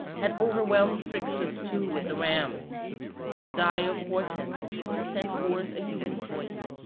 had overwhelmed phrixus too with the ram but the dire portent even sent forth a human voice,